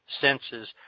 senses